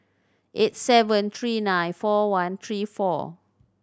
eight seven three nine four one three four